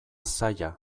zaila